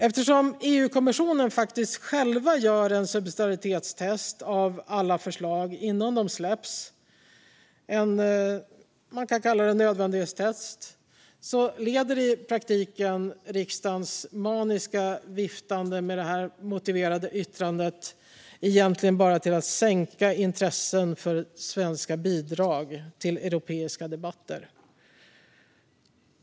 Eftersom EU-kommissionen själv gör ett subsidiaritetstest av alla förslag innan de släpps - man kan kalla det ett nödvändighetstest - leder riksdagens maniska viftande med detta motiverade yttrande egentligen bara till att sänka intresset för svenska bidrag till europeiska debatter.